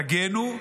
תגנו,